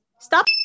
Stop